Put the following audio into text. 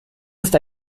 ist